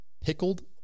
Pickled